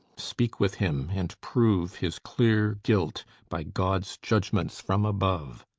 speak with him, and prove his clear guilt by god's judgments from above.